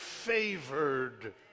favored